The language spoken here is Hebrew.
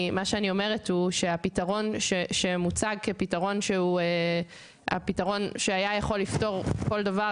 מה שאני אומרת זה שהפתרון שמוצג כפתרון שהיה יכול לפתור כל דבר,